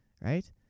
Right